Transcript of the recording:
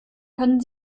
können